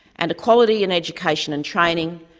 and equality in education and training,